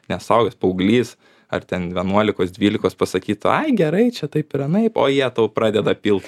nesuaugęs paauglys ar ten vienuolikos dvylikos pasakytų ai gerai čia taip ir anaip o jie tau pradeda pilt